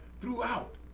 throughout